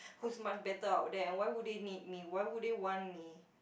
who's my better out there and why would they need me why would they want me